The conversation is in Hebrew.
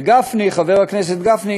וגפני, חבר הכנסת גפני,